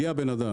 הגיע בן אדם,